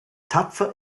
tapfer